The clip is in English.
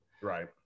Right